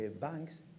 banks